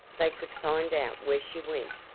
they could find out where she went,